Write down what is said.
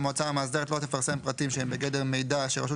המועצה המאסדרת לא תפרסם פרטים שהם בגדר מידע שרשות